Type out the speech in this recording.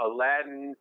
Aladdin